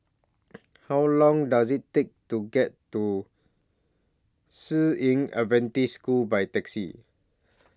How Long Does IT Take to get to San Yu Adventist School By Taxi